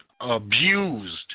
abused